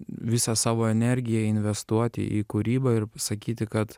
visą savo energiją investuoti į kūrybą ir sakyti kad